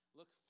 look